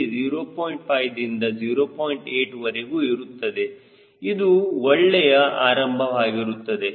8 ವರೆಗೂ ಇರುತ್ತದೆ ಇದು ಒಳ್ಳೆಯ ಆರಂಭವಾಗಿರುತ್ತದೆ